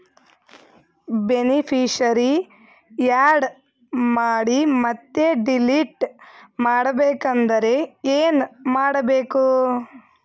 Beneficiary, add ಮಾಡಿ ಮತ್ತೆ delete ಮಾಡಬೇಕೆಂದರೆ ಏನ್ ಮಾಡಬೇಕು?